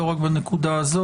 לא רק בנקודה הזו.